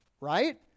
right